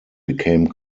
became